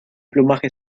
plumaje